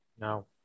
No